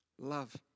love